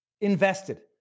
invested